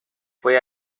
fue